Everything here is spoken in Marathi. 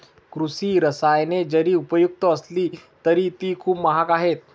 कृषी रसायने जरी उपयुक्त असली तरी ती खूप महाग आहेत